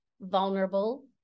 vulnerable